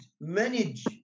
manage